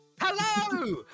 Hello